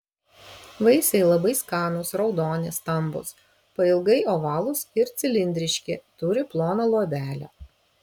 vaisiai labai skanūs raudoni stambūs pailgai ovalūs ir cilindriški turi ploną luobelę